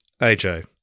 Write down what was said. AJ